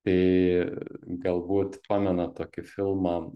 tai galbūt pamenat tokį filmą